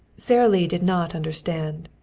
sara lee did not understand.